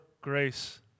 grace